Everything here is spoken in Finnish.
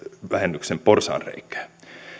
porsaanreikää